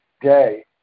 day